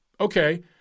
Okay